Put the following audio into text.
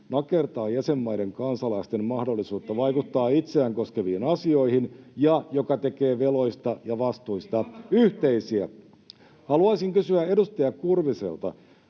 nakertaa jäsenmaiden kansalaisten mahdollisuutta vaikuttaa itseään koskeviin asioihin ja joka tekee veloista ja vastuista yhteisiä.” [Antti Kurvinen: